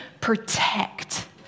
protect